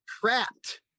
Trapped